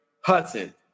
Hudson